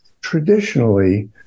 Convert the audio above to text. traditionally